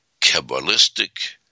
Kabbalistic